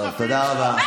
תבדוק את השותפים שלך.